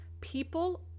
People